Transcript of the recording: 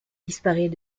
disparaît